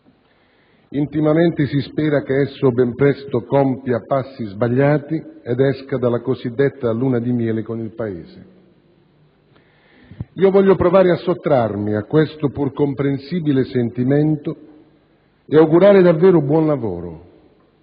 intimamente si spera che esso, ben presto, compia passi sbagliati ed esca dalla cosiddetta luna di miele con il Paese. Voglio provare a sottrarmi a questo pur comprensibile sentimento ed augurare davvero buon lavoro,